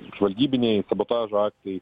žvalgybiniai sabotažo atvejai